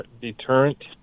deterrent